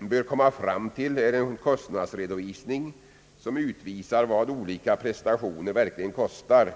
bör komma fram till är en kostnadsredovisning, som utvisar vad olika prestationer verkligen kostar.